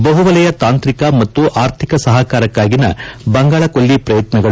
ಬಹುವಲಯ ತಾಂತ್ರಿಕ ಮತ್ತು ಆರ್ಥಿಕ ಸಹಕಾರಕ್ಕಾಗಿನ ಬಂಗಾಳಕೊಲ್ಲಿ ಪ್ರಯತ್ತಗಳು